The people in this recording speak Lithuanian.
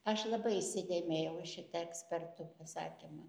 aš labai įsidėmėjau šitą ekspertų pasakymą